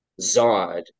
Zod